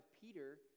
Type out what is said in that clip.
Peter